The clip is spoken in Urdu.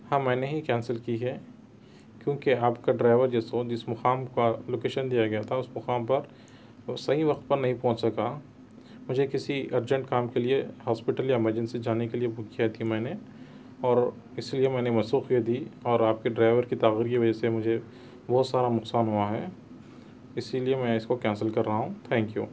ہاں میں نے ہی کینسل کی ہے کیونکہ آپ کا ڈرائیور جو سو جس مقام کا لوکیشن دیا گیا تھا اُس مقام پر صحیح وقت پر نہیں پہونچے گا مجھے کسی ارجنٹ کام کے لئے ہاسپٹل یا ایمرجنسی جانے کے لئے بُک کیا کہ میں نے اور اِس لئے میں نے منسوخ کر دی اور آپ کی ڈرائیور کی تاخیر کی وجہ سے مجھے بہت سارا نقصان ہُوا ہے اِسی لئے میں اِس کو کینسل کر رہا ہوں تھینک یُو